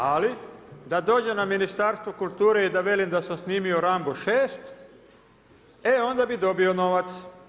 Ali da dođem na Ministarstvo kulture i da velim da sam snimio Rambo VI, e onda bi dobio novac.